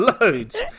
loads